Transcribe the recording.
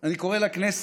אני קורא לכנסת